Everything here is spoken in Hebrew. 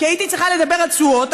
כי הייתי צריכה לדבר על תשואות,